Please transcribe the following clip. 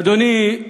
ואדוני,